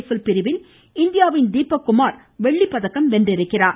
்பில் பிரிவில் இந்தியாவின் தீபக் குமார் வெள்ளிப்பதக்கம் வென்றுள்ளார்